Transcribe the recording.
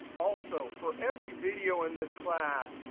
also, for every video in this class,